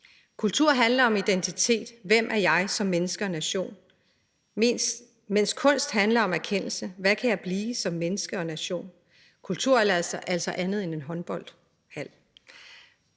Kultur handler om identitet: Hvem er jeg som menneske og nation? Kunst handler om erkendelse: Hvad kan jeg blive som menneske og nation? Kultur er altså andet end en håndboldhal.